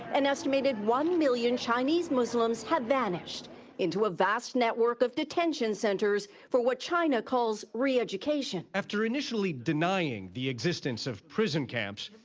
an estimated one million chinese muslims have vanished into a vast network of detention so enters for what china calls re-education. after initially denying the existence of prison camps,